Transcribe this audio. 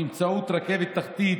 באמצעות רכבת תחתית